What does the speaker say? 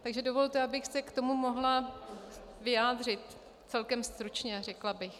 Takže dovolte, abych se k tomu mohla vyjádřit celkem stručně, řekla bych.